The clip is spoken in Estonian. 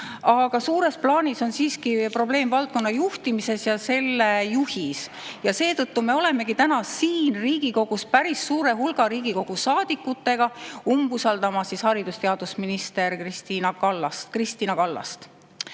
aga suures plaanis on siiski probleem valdkonna juhtimises, selle juhis. Seetõttu me olemegi täna siin Riigikogus päris suure hulga Riigikogu saadikutega [avaldamas] umbusaldust haridus- ja teadusminister Kristina